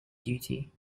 duty